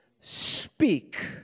Speak